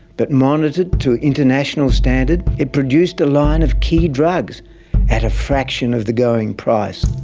but monitored to international standard, it produced a line of key drugs at a fraction of the going price.